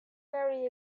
very